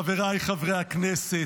חבריי חברי הכנסת,